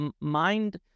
mind